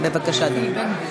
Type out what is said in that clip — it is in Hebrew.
בבקשה, אדוני.